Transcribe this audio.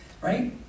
right